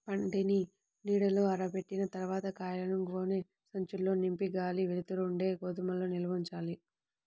పంటని నీడలో ఆరబెట్టిన తర్వాత కాయలను గోనె సంచుల్లో నింపి గాలి, వెలుతురు ఉండే గోదాముల్లో నిల్వ ఉంచాలి